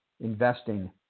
investing